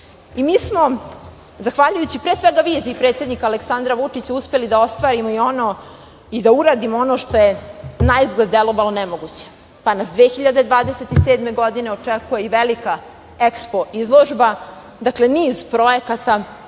smo, zahvaljujući pre svega viziji predsednika Aleksandra Vučića uspeli da ostvarimo i da uradimo ono što je na izgled delovalo nemoguće, pa nas 2027. godine očekuje i velika EXPO izložba. Dakle, niz projekata,